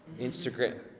Instagram